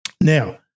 Now